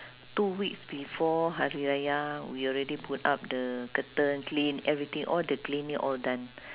two weeks before hari raya we already put up the curtain clean everything all the cleaning all done